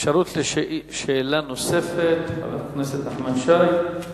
אפשרות לשאלה נוספת, חבר הכנסת נחמן שי.